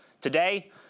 Today